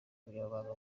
umunyamabanga